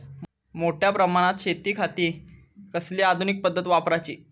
मोठ्या प्रमानात शेतिखाती कसली आधूनिक पद्धत वापराची?